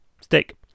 stick